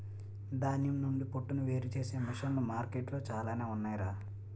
ధాన్యం నుండి పొట్టును వేరుచేసే మిసన్లు మార్కెట్లో చాలానే ఉన్నాయ్ రా